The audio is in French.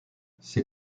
ces